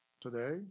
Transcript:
Today